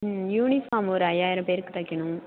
ம் யூனிஃபார்ம் ஒரு ஐயாயிரம் பேருக்கு தைக்கணும்